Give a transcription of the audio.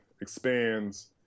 expands